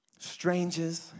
Strangers